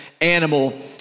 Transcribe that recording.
animal